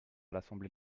l’assemblée